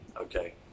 Okay